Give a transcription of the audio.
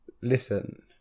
listen